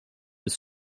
ist